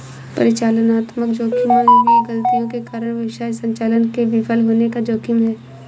परिचालनात्मक जोखिम मानवीय गलतियों के कारण व्यवसाय संचालन के विफल होने का जोखिम है